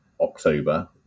October